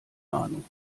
ahnung